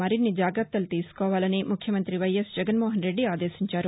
మరిన్ని జాగ్రత్త చర్యలు తీసుకోవాలని ముఖ్యమంతి వైయస్ జగన్మోహన్ రెడ్డి ఆదేశించారు